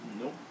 Nope